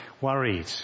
worried